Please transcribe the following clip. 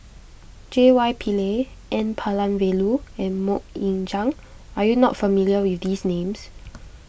J Y Pillay N Palanivelu and Mok Ying Jang are you not familiar with these names